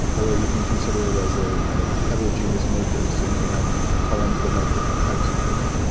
or you can consider it as a kind of heterogeneous matrix. so you can have columns that have different types of data.